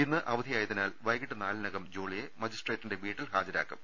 ഇന്ന് അവധിയായതി നാൽ വൈകീട്ട് നാലിനകം ജോളിയെ മജിസ്ട്രേറ്റിന്റെ വീട്ടിൽ ്രഹാജരാക്കും